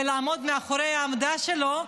ולעמוד מאחורי העמדה שלו.